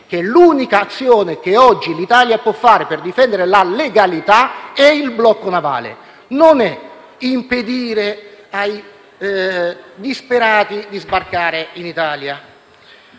che l'unica azione che oggi l'Italia può porre in essere per difendere la legalità è il blocco navale e non impedire ai disperati di sbarcare in Italia,